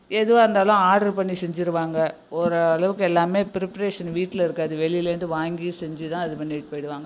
எதுவாக இருந்தாலும் ஆர்டர் பண்ணி செஞ்சிருவாங்க ஓரளவுக்கு எல்லாமே பிரிப்ரேஷன் வீட்டில் இருக்காது வெளிலந்து வாங்கி செஞ்சு தான் இது பண்ணிவிட்டு போய்விடுவாங்க